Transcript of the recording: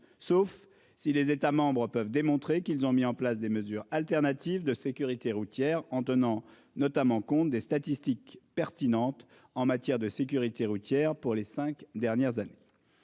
Sauf si les États membres peuvent démontrer qu'ils ont mis en place des mesures alternatives de sécurité routière en tenant notamment compte des statistiques pertinentes en matière de sécurité routière pour les 5 dernières années.